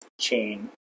chain